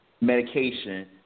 medication